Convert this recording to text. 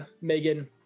Megan